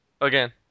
again